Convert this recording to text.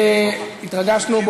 התרגשנו.